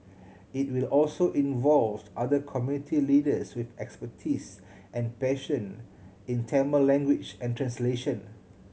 it will also involve other community leaders with expertise and passion in Tamil language and translation